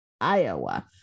Iowa